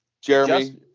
Jeremy